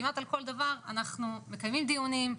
כמעט על כל דבר אנחנו מקיימים דיונים,